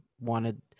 wanted